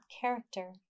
character